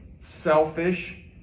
selfish